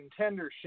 contendership